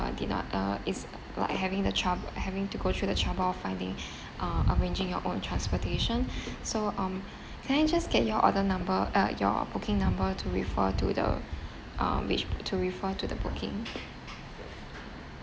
~(uh) did not uh is like having the trou~ having to go through the trouble of finding uh arranging your own transportation so um can I just get your order number uh your booking number to refer to the uh which to refer to the booking